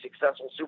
successful